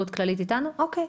איתנו.